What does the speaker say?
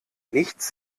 nichts